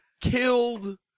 killed